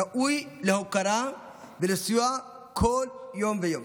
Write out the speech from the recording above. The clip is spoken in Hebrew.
ראוי להוקרה ולסיוע כל יום ויום